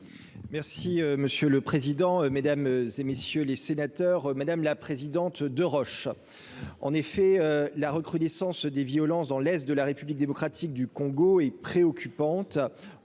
Merci monsieur le président, Mesdames et messieurs les sénateurs, madame la présidente de Roche, en effet, la recrudescence des violences dans l'est de la République démocratique du Congo est préoccupante,